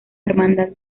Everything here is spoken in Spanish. hermandad